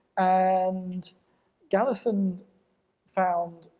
and galison found,